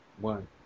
One